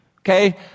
Okay